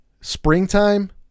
springtime